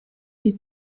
die